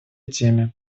теме